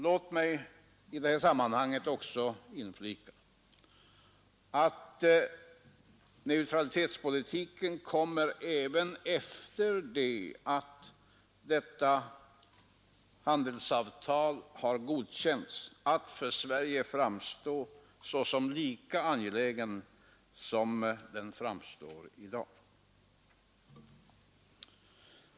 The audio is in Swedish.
Låt mig i detta sammanhang inflika att neutralitetspolitiken, även efter det att detta handelsavtal har godkänts, kommer att för Sverige framstå som lika angelägen som den gör i dag.